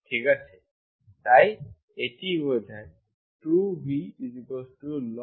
ঠিক আছে তাই এটি বোঝায় 2v log C